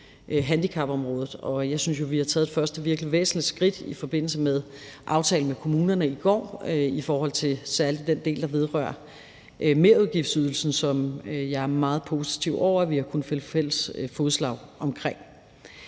handicapområdet. Jeg synes, vi har taget et første virkelig væsentligt skridt i forbindelse med aftalen med kommunerne i går i forhold til særlig den del, der vedrører merudgiftsydelsen, som jeg er meget positiv over, at vi har kunnet finde fælles fodslag om.